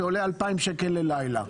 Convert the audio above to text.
זה עולה 2,000 שקלים ללילה.